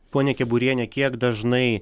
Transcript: ponia keburiene kiek dažnai